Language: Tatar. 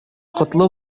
котлы